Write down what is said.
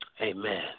Amen